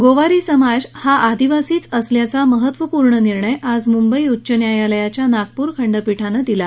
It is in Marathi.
गोवारी समाज हा आदिवासीच असल्याचा महत्त्वपूर्ण निर्णय आज मुंबई उच्च न्यायालयाच्या नागपूर खंडपीठानं दिला